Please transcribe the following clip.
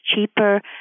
cheaper